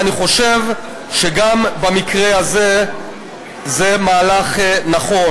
ואני חושב שגם במקרה הזה זה מהלך נכון.